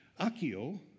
Akio